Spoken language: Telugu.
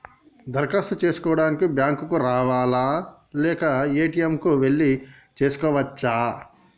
దరఖాస్తు చేసుకోవడానికి బ్యాంక్ కు రావాలా లేక ఏ.టి.ఎమ్ కు వెళ్లి చేసుకోవచ్చా?